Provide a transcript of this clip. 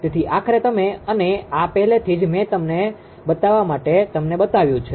તેથી આખરે તમે અને આ પહેલેથી જ મેં તેને બતાવવા માટે તમને બતાવ્યું છે